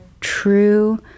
true